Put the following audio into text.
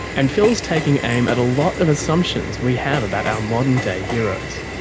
and phil's taking aim at a lot of assumptions we have about our modern-day heroes.